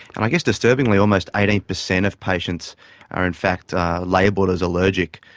and i guess disturbingly almost eighteen percent of patients are in fact labelled as allergic,